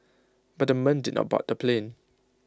but the men did not bought the plane